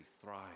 thrive